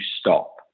stop